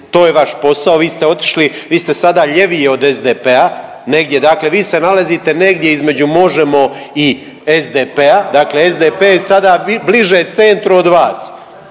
vi ste otišli, vi ste sada lijevije od SDP-a, negdje dakle, vi ste nalazite negdje između Možemo! i SDP-a, dakle SDP je sada bliže centru od vas.